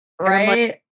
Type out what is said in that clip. Right